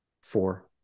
four